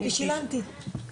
ושילמתי.